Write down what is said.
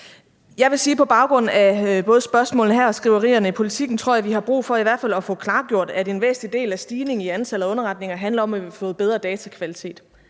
vi har brug for i hvert fald at få klargjort, at en væsentlig del af stigningen i antallet af underretninger handler om, at vi har fået en bedre datakvalitet.